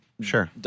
Sure